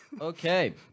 Okay